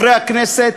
חברי הכנסת,